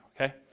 okay